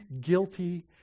guilty